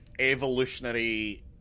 evolutionary